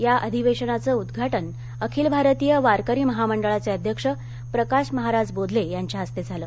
या अधिवेशनाचं उद्घाटन अखिल भारतीय वारकरी महामंडळाचे अध्यक्ष प्रकाश महाराज बोधले यांच्या हस्ते झालं